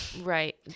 Right